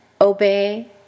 obey